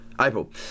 April